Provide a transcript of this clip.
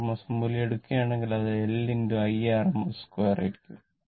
Rms മൂല്യം എടുക്കുകയാണെങ്കിൽ അത് L IRMS 2 ആയിരിക്കും